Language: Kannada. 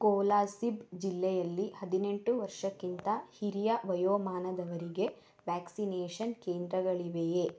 ಕೋಲಾಸಿಬ್ ಜಿಲ್ಲೆಯಲ್ಲಿ ಹದಿನೆಂಟು ವರ್ಷಕ್ಕಿಂತ ಹಿರಿಯ ವಯೋಮಾನದವರಿಗೆ ವ್ಯಾಕ್ಸಿನೇಷನ್ ಕೇಂದ್ರಗಳಿವೆಯೇ